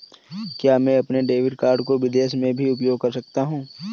क्या मैं अपने डेबिट कार्ड को विदेश में भी उपयोग कर सकता हूं?